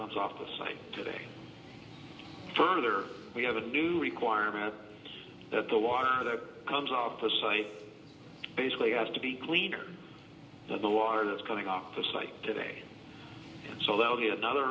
comes off the site today further we have a new requirement that the water that comes off the site basically has to be cleaner so the water that's coming off the site today so that will be another